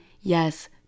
yes